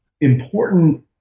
important